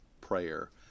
prayer